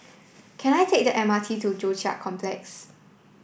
can I take the M R T to Joo Chiat Complex